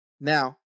Now